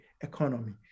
economy